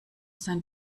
sein